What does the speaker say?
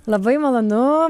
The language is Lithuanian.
labai malonu